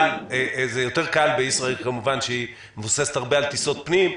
זה יותר קל כמובן בישראייר שמבוססת הרבה על טיסות פנים.